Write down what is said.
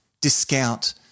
discount